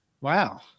Wow